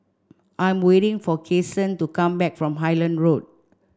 I'm waiting for Kason to come back from Highland Road